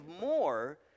more